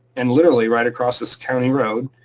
and literally right across this county road.